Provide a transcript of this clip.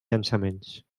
llançaments